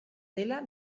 dela